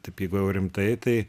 taip jeigu jau rimtai tai